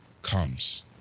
comes